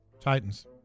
Titans